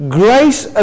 grace